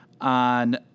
on